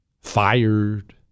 fired